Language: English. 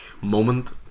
moment